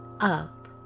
up